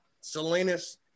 Salinas